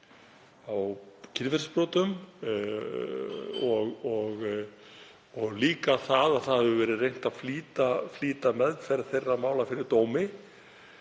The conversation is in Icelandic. á kynferðisbrotum og líka að reynt hefur verið að flýta meðferð þeirra mála fyrir dómi.